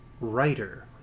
writer